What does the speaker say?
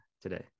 today